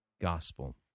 gospel